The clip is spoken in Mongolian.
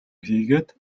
хийгээд